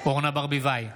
אורנה ברביבאי,